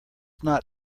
not